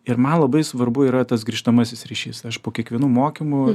ir man labai svarbu yra tas grįžtamasis ryšys aš po kiekvienų mokymų